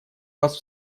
вас